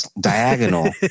diagonal